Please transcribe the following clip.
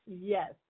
Yes